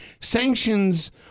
sanctions